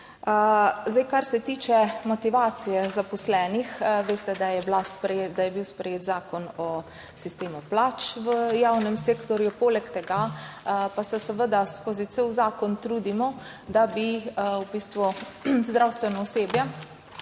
Kar se tiče motivacije zaposlenih. Veste, da je bil sprejet zakon o sistemu plač v javnem sektorju. Poleg tega pa se seveda skozi cel zakon trudimo, da bi zdravstveno osebje